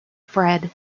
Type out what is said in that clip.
fred